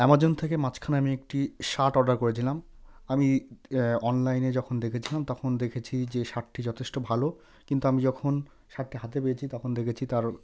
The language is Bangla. আমাজন থেকে মাছখানে আমি একটি শার্ট অর্ডার করেছিলাম আমি অনলাইনে যখন দেখেছিলাম তখন দেখেছি যে শার্টটি যথেষ্ট ভালো কিন্তু আমি যখন শার্টটি হাতে পেয়েছি তখন দেখেছি তার